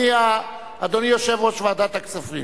אדוני יושב-ראש ועדת הכספים,